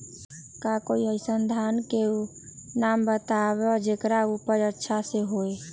का कोई अइसन धान के नाम बताएब जेकर उपज अच्छा से होय?